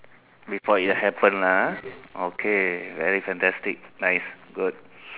before it happen lah ah okay very fantastic nice good